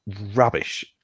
rubbish